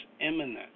imminent